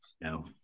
No